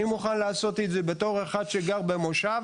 אני מוכן לעשות את זה בתור אחד שגר במושב.